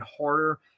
harder